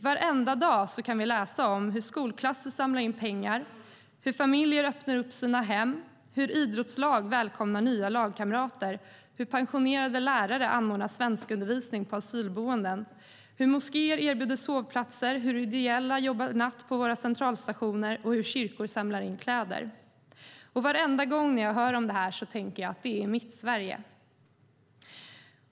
Varenda dag kan vi läsa om hur skolklasser samlar in pengar, hur familjer öppnar sina hem, hur idrottslag välkomnar nya lagkamrater, hur pensionerade lärare anordnar svenskundervisning på asylboenden, hur moskéer erbjuder sovplatser, hur människor jobbar natt ideellt på våra centralstationer och hur kyrkor samlar in kläder. Varenda gång jag hör om detta tänker jag: Det är mitt Sverige!